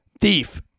Thief